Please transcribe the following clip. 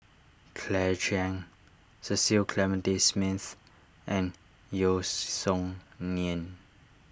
Claire Chiang Cecil Clementi Smith and Yeo Song Nian